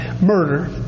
murder